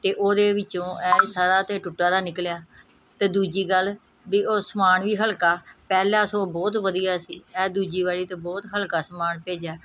ਅਤੇ ਉਹਦੇ ਵਿੱਚੋਂ ਇਹ ਸਾਰਾ ਤਾਂ ਟੁੱਟਾ ਦਾ ਨਿਕਲਿਆ ਅਤੇ ਦੂਜੀ ਗੱਲ ਵੀ ਉਹ ਸਮਾਨ ਵੀ ਹਲਕਾ ਪਹਿਲਾ ਸੋ ਬਹੁਤ ਵਧੀਆ ਸੀ ਇਹ ਦੂਜੀ ਵਾਰੀ ਤਾਂ ਬਹੁਤ ਹਲਕਾ ਸਮਾਨ ਭੇਜਿਆ